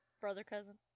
Brother-cousin